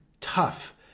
tough